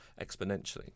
exponentially